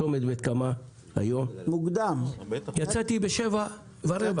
אני יצאתי מצומת בית קמה היום בשעה 07:15,